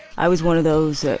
i was one of those. ah